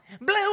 Blue